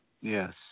yes